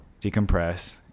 decompress